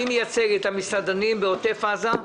מי מייצג את המסעדנים בעוטף עזה?